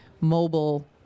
mobile